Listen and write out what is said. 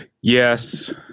Yes